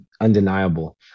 undeniable